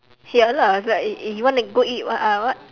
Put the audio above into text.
ya lah it's like eh eh you wanna go eat what uh uh what